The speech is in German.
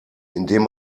indem